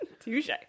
Touche